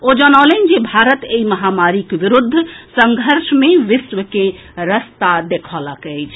ओ जनौलनि जे भारत एहि महामारीक विरूद्ध संघर्ष मे विश्व के रस्ता देखौलक अछि